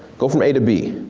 go from a to b.